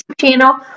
channel